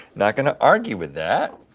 not gonna argue with that.